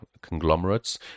conglomerates